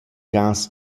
cas